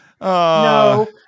No